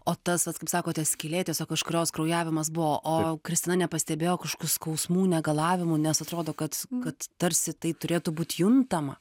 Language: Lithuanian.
o tas vat kaip sakote skylė tiesiog iš kurios kraujavimas buvo o kristina nepastebėjo kažkokių skausmų negalavimų nes atrodo kad kad tarsi tai turėtų būt juntama